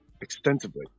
Extensively